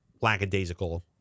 lackadaisical